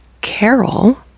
carol